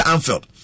Anfield